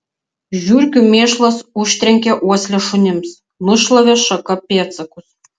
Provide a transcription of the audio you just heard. žiurkių mėšlas užtrenkė uoslę šunims nušlavė šaka pėdsakus